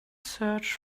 search